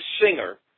singer